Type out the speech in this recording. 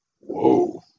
Whoa